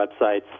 websites